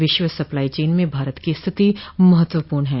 विश्व supply chain में भारत की स्थिति महत्वपूर्ण है